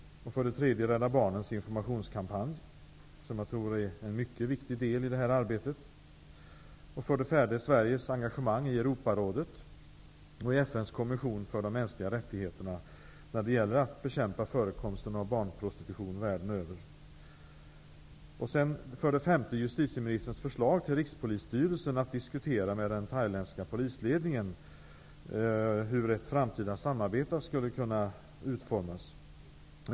För det tredje har vi Rädda Barnens informationskampanj, som jag tror är en mycket viktig del i det här arbetet. För det fjärde har vi Sveriges engagemang i Europarådet och i FN:s kommission för de mänskliga rättigheterna när det gäller att bekämpa förekomsten av barnprostitution världen över. För det femte är det utrikesministerns förslag till Rikspolisstyrelsen att diskutera med den thailändska polisledningen hur ett framtida samarbete skulle kunna utformas.